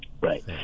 Right